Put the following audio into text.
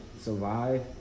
survive